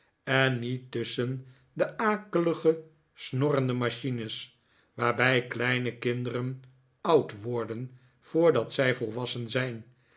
en niet tusschen de akelige snorrende machines waarbij kleine kinderen oud worden voordat zij volwassen zijn